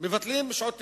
מבטלים שעות תגבור,